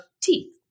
teeth